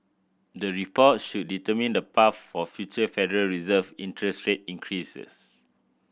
the reports should determine the path for future Federal Reserve interest rate increases